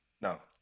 No